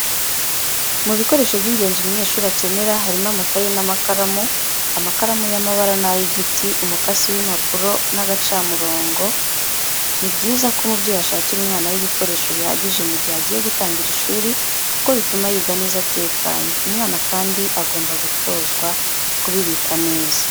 Mu bikoresho by'ngenzi umunyeshuri akenera harimo amakaye n'amakaramu, amakaramu y'amabara n'ay'igiti, umukasi w'impapuro n'agacamurongo, bni byiza ko umubyeyi ashakira umwana we ibikoresho bihagije mu gihe agiye gutangira ishuri kuko bituma yiga neza atekanye, umwana kandi agomba gutozwa kubibika neza.